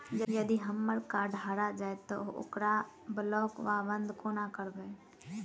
यदि हम्मर कार्ड हरा जाइत तऽ हम ओकरा ब्लॉक वा बंद कोना करेबै?